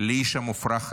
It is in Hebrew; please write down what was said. לאיש המופרך הזה?